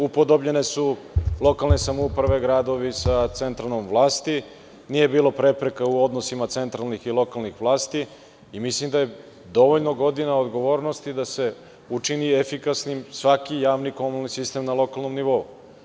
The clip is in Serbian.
Upodobljene su lokalne samouprave, gradovi, sa centralnom vlasti, nije bilo prepreka u odnosima centralnih i lokalnih vlasti, i mislim da je dovoljno godina odgovornosti da se učini efikasnim svaki javni komunalni sistem na lokalnom nivou.